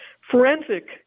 forensic